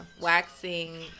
waxing